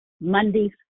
mondays